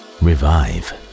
revive